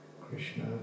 Krishna